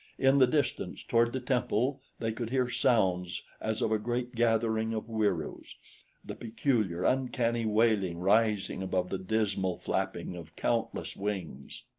in the distance, toward the temple, they could hear sounds as of a great gathering of wieroos the peculiar, uncanny wailing rising above the dismal flapping of countless wings.